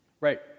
Right